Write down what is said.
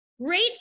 Great